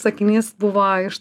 sakinys buvo iš